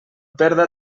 perda